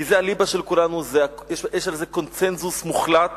כי זה הליבה של כולנו, יש קונסנזוס מוחלט